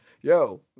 yo